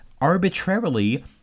arbitrarily